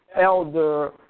Elder